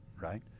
right